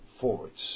forwards